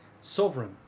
Sovereign